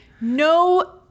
No